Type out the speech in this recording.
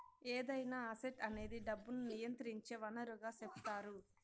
ఏదైనా అసెట్ అనేది డబ్బును నియంత్రించే వనరుగా సెపుతారు